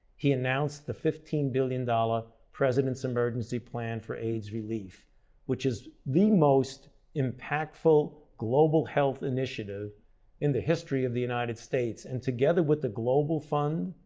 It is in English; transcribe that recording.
he announced the fifteen billion dollars president's emergency plan for aids relief which is the most impactful, global health initiative in the history of the united states and together with the global fund,